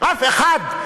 אף אחד,